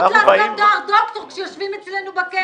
לעשות תואר דוקטור כשיושבים אצלנו בכלא,